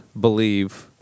believe